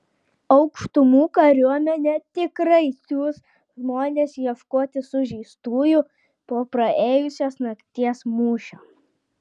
aukštumų kariuomenė tikrai siųs žmones ieškoti sužeistųjų po praėjusios nakties mūšio